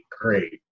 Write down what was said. great